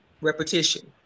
repetition